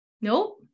Nope